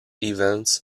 events